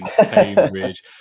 Cambridge